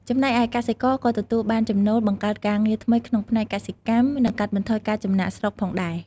ចំណែកឯកសិករក៏ទទួលបានចំណូល បង្កើតការងារថ្មីក្នុងផ្នែកកសិកម្ម និងកាត់បន្ថយការចំណាកស្រុកផងដែរ។